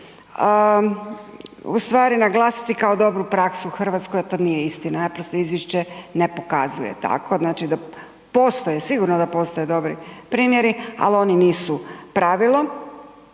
ustvari naglasiti kao dobru praksu u Hrvatskoj, a to nije istina. Naprosto Izvješće ne pokazuje tako. Znači da postoje, sigurno da postoje dobri primjeri, ali oni nisu pravilo.